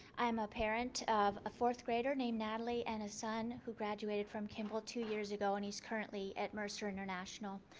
i am a parent of a fourth grader named natalie and a son who graduated from kimball two years ago and he's currently at mercer international.